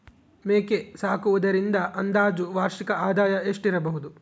ಮೇಕೆ ಸಾಕುವುದರಿಂದ ಅಂದಾಜು ವಾರ್ಷಿಕ ಆದಾಯ ಎಷ್ಟಿರಬಹುದು?